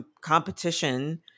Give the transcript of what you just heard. competition